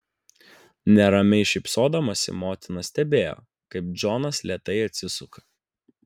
neramiai šypsodamasi motina stebėjo kaip džonas lėtai atsisuka